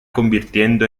convirtiendo